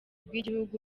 bw’igihugu